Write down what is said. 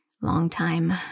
longtime